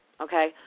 okay